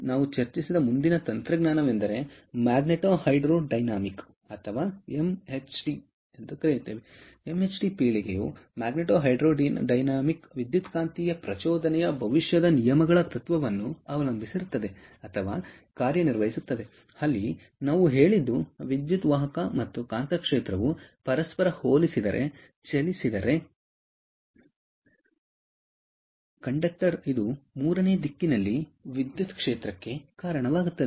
ನಾವು ಚರ್ಚಿಸಿದ ಮುಂದಿನ ತಂತ್ರಜ್ಞಾನವೆಂದರೆ ಮ್ಯಾಗ್ನೆಟೋ ಹೈಡ್ರೊಡೈನಾಮಿಕ್ ಅಥವಾ ಎಂಎಚ್ಟಿ ಪೀಳಿಗೆಯ ಮ್ಯಾಗ್ನೆಟೋ ಹೈಡ್ರೊಡೈನಾಮಿಕ್ ವಿದ್ಯುತ್ಕಾಂತೀಯ ಪ್ರಚೋದನೆಯ ಭವಿಷ್ಯದ ನಿಯಮಗಳ ತತ್ವವನ್ನು ಅವಲಂಬಿಸಿರುತ್ತದೆ ಅಥವಾ ಕಾರ್ಯನಿರ್ವಹಿಸುತ್ತದೆ ಅಲ್ಲಿ ನಾವು ಹೇಳಿದ್ದು ವಿದ್ಯುತ್ ವಾಹಕ ಮತ್ತು ಕಾಂತಕ್ಷೇತ್ರವು ಪರಸ್ಪರ ಹೋಲಿಸಿದರೆ ಚಲಿಸಿದರೆ ಕಂಡಕ್ಟರ್ ಇದು ಮೂರನೇ ದಿಕ್ಕಿನಲ್ಲಿ ವಿದ್ಯುತ್ ಕ್ಷೇತ್ರಕ್ಕೆ ಕಾರಣವಾಗುತ್ತದೆ